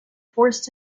forced